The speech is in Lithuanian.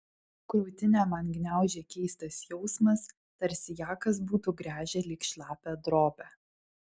krūtinę man gniaužė keistas jausmas tarsi ją kas būtų gręžę lyg šlapią drobę